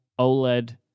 OLED